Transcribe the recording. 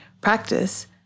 practice